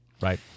right